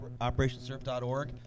operationsurf.org